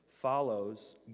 follows